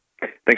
Thanks